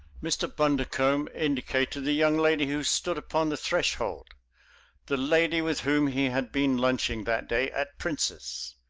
mr. bundercombe indicated the young lady who stood upon the threshold the lady with whom he had been lunching that day at prince's.